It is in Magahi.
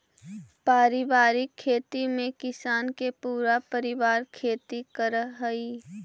पारिवारिक खेती में किसान के पूरा परिवार खेती करऽ हइ